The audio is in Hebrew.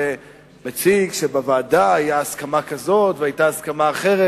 ומציג שבוועדה היתה הסכמה כזאת והיתה הסכמה אחרת.